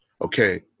Okay